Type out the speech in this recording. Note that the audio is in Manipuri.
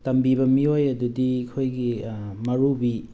ꯇꯝꯕꯤꯕ ꯃꯤꯑꯣꯏ ꯑꯗꯨꯗꯤ ꯑꯩꯈꯣꯏꯒꯤ ꯃꯧꯔꯨꯕꯤ